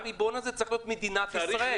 והריבון הזה צריך להיות מדינת ישראל.